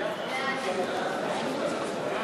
סעיפים 1 3